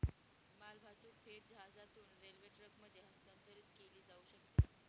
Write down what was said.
मालवाहतूक थेट जहाजातून रेल्वे ट्रकमध्ये हस्तांतरित केली जाऊ शकते